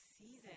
season